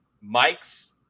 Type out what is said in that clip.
Mike's